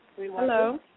Hello